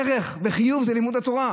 ערך וחיוב זה לימוד התורה.